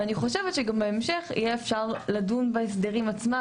ואני חושבת שגם בהמשך יהיה אפשר לדון בהסדרים עצמם,